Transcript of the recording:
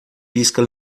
pisca